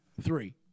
three